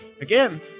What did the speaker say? again